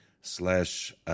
slash